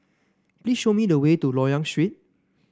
please show me the way to Loyang Street